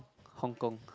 hong-kong